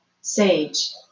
sage